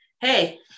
hey